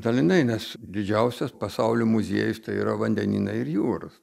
dalinai nes didžiausias pasauly muziejus tai yra vandenynai ir jūros